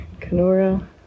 Kenora